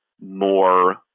more